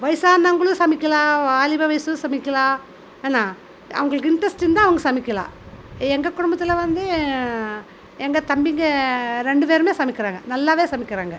வயசானவங்களும் சமைக்கலாம் வாலிப வயசும் சமைக்கலாம் என்ன அவங்களுக்கு இன்ட்ரஸ்ட் இருந்தால் அவங்க சமைக்கலாம் எங்கள் குடும்பத்தில் வந்து எங்கள் தம்பிங்க ரெண்டு பேருமே சமைக்கிறாங்க நல்லாவே சமைக்கிறாங்க